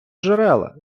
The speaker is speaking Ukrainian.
джерела